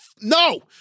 no